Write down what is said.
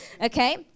okay